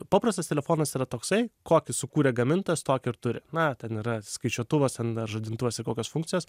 paprastas telefonas yra toksai kokį sukūrė gamintojas tokį ir turi na ten yra skaičiuotuvas ten dar žadintuvas ir kokios funkcijos